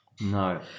No